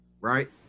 right